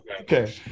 okay